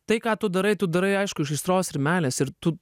tai ką tu darai tu darai aišku iš aistros ir meilės ir tu